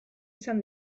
izan